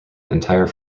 entire